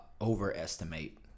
overestimate